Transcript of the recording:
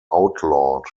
outlawed